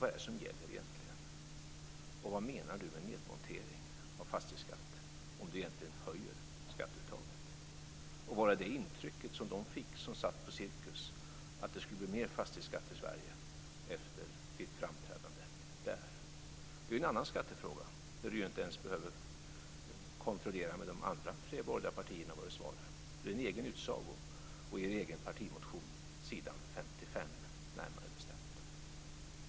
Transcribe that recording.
Vad är det egentligen som gäller, och vad menar Alf Svensson med en nedmontering av fastighetsskatten om han egentligen höjer skatteuttaget? Fick de som satt på Cirkus intrycket att det skulle bli mer fastighetsskatt i Sverige efter hans framträdande där? Det här är ju en annan skattefråga. Alf Svensson behöver inte ens kontrollera med de andra tre borgerliga partierna innan han svarar. Det är en egen utsaga, och det är er egen partimotion, s. 55, närmare bestämt.